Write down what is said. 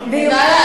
תודה.